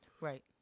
Right